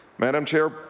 madam chair,